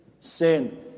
sin